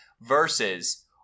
versus